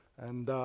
and,